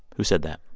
who said that?